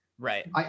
Right